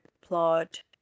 plot